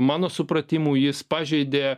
mano supratimu jis pažeidė